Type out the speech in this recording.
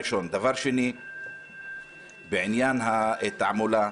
בעניין התעמולה,